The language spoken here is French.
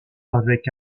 avec